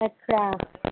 अच्छा